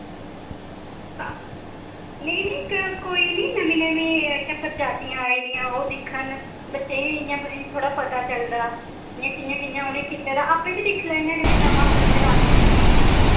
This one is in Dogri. हां नेईं नेईं कोई नि नमें नमें इत्थै प्रजातियां आए दियां ओह् दिक्खन बच्चें बी इय्यां थोह्ड़ा पता चलदा इय्यां कि'यां कि'यां उ'ने कीत्ते दा आप्पे बी दिक्खी लैन्ने कन्नै नमां खुल्ले दा